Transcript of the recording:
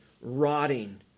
rotting